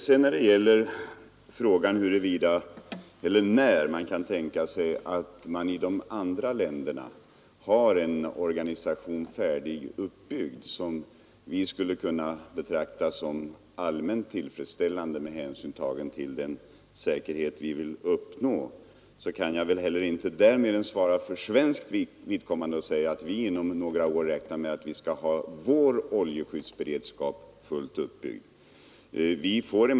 Vad beträffar frågan när det kan tänkas att man i de andra länderna har en organisation färdiguppbyggd, som vi skulle kunna betrakta såsom allmänt tillfredsställande med hänsyn tagen till den säkerhet vi vill uppnå, kan jag inte heller där svara för mera än för vårt vidkommande. Vi räknar med att om några år ha vår oljeskyddsberedskap fullt utbyggd.